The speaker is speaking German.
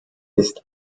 ist